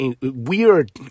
weird